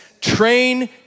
train